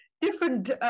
different